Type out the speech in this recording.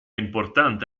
importante